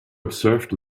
observed